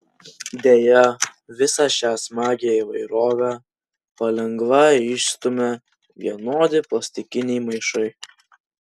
deja visą šią smagią įvairovę palengva išstumia vienodi plastikiniai maišai